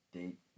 date